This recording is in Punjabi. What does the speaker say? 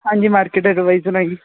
ਹਾਂਜੀ ਮਾਰਕੀਟ ਐਡਵਾਈਜ਼ਰ ਆ ਜੀ